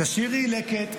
תשאירי לקט,